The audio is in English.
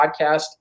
podcast